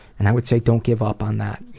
and i would say don't give up on that,